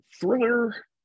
Thriller